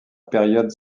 période